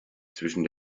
zwischen